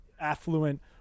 affluent